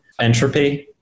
entropy